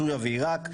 סוריה ועירק.